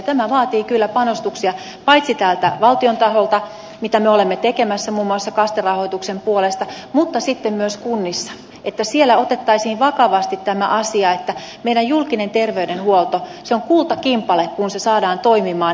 tämä vaatii kyllä panostuksia paitsi täältä valtion taholta mitä me olemme tekemässä muun muassa kaste rahoituksen puolesta mutta sitten myös kunnissa että siellä otettaisiin vakavasti tämä asia että meidän julkinen terveydenhuolto on kultakimpale kun se saadaan toimimaan